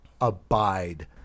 abide